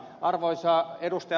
arvoisa ed